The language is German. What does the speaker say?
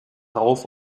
rauf